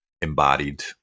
embodied